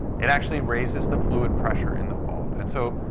it actually raises the fluid pressure in the fault. and so,